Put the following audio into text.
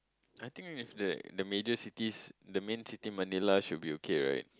I think if they the major cities the main city Manila should be okay right